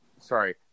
sorry